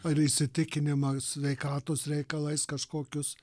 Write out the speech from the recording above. ar įsitikinimas sveikatos reikalais kažkokius